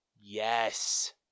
Yes